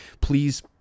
Please